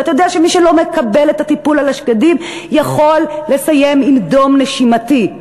ואתה יודע שמי שלא מקבל את הטיפול בשקדים יכול לסיים עם דום נשימתי.